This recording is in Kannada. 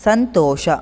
ಸಂತೋಷ